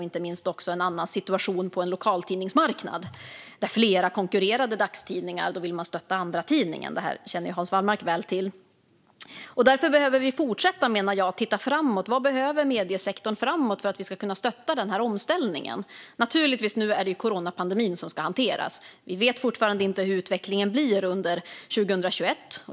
Inte minst handlar det om lokaltidningsmarknader med flera konkurrerande dagstidningar - där ville man stötta andratidningen. Det här känner Hans Wallmark väl till. Därför behöver vi fortsätta att titta framåt. Vad behöver mediesektorn framåt att vi ska kunna stötta omställningen? Nu är det naturligtvis coronapandemin som ska hanteras. Vi vet fortfarande inte hur utvecklingen blir under 2021.